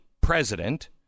president